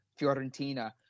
Fiorentina